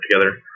together